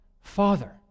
father